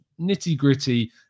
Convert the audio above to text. nitty-gritty